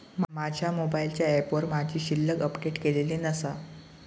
माझ्या मोबाईलच्या ऍपवर माझी शिल्लक अपडेट केलेली नसा